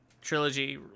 trilogy